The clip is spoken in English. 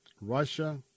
Russia